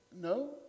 No